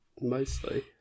Mostly